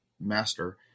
master